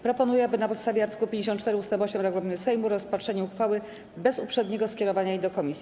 Proponuję, na podstawie art. 54 ust. 8 regulaminu Sejmu, rozpatrzenie uchwały bez uprzedniego skierowania jej do komisji.